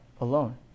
alone